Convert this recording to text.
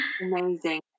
Amazing